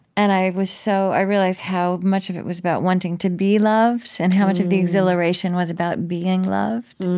and i was so i realize how much of it was about wanting to be loved and how much of the exhilaration was about being loved.